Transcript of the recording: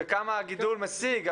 בכמה הגידול משיג.